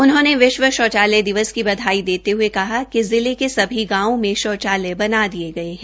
उन्होंने विश्व शौचालय दिवस की बधाई देते हये कहा कि जिला के सभी गांवों में शौचालय बना दिये गये है